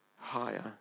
higher